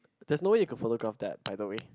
there's no way you could photograph that by the way